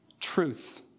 truth